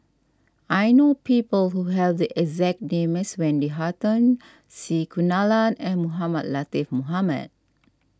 I know people who have the exact name as Wendy Hutton C Kunalan and Mohamed Latiff Mohamed